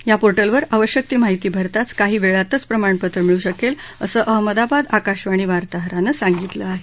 या पोर्टलवर आवश्यक ती माहिती भरताचं काही वेळातच प्रमाणपत्र मिळू शकेल असं अहमदाबाद आकाशवाणी वार्ताहरानं सांगितलं आहे